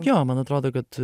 jo man atrodo kad